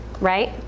right